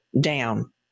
down